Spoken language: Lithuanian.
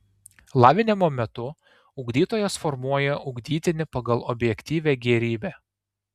lavinimo metu ugdytojas formuoja ugdytinį pagal objektyvią gėrybę